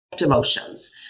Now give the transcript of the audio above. emotions